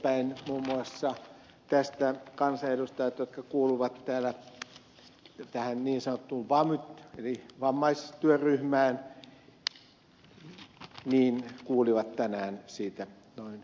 muun muassa tästä kansanedustajat jotka kuuluvat täällä tähän niin sanottuun vamyt eli vammaistyöryhmään kuulivat tänään siitä noin tunti sitten